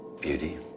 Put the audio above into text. Beauty